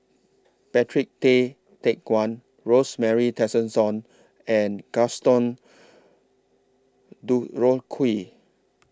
Patrick Tay Teck Guan Rosemary Tessensohn and Gaston Dutronquoy